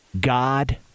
God